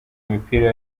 imipira